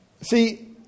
See